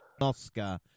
Oscar